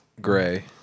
gray